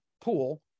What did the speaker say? pool